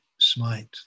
smite